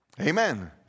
Amen